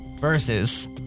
versus